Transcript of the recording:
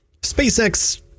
SpaceX